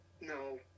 no